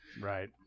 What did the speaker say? Right